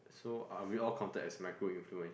so are we all counted as micro influence